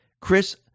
Chris